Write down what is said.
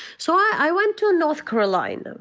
so i went to north carolina.